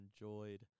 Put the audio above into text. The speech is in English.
enjoyed